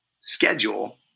schedule